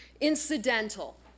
incidental